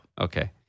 Okay